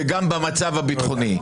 וגם במצב הביטחוני.